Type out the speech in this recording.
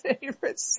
favorite